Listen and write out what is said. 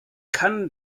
kann